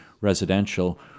residential